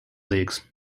leagues